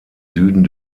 süden